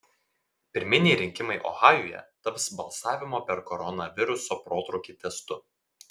pirminiai rinkimai ohajuje taps balsavimo per koronaviruso protrūkį testu